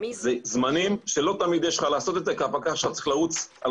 זה זמנים שלא תמיד יש לך לעשות את זה כי הפקח שלך צריך לרוץ על